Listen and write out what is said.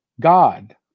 God